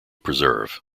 preserve